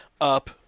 up